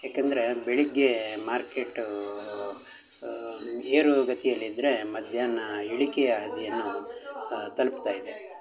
ಯಾಕಂದ್ರೆ ಬೆಳಗ್ಗೇ ಮಾರ್ಕೆಟೂ ಏರು ಗತಿಯಲ್ಲಿದ್ದರೆ ಮಧ್ಯಾಹ್ನ ಇಳಿಕೆಯ ಹಾದಿಯನ್ನು ತಲುಪ್ತಾ ಇದೆ